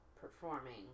performing